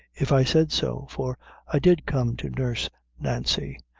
if i said so for i did come to nurse nancy,